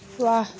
वाह